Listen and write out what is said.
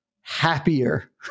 happier